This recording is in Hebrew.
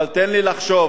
אבל תן לי לחשוב